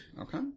Okay